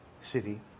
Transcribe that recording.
city